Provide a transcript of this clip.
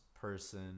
person